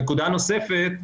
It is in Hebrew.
נקודה נוספת: